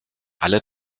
alle